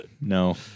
No